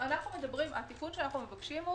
התיקון שאנו מבקשים הוא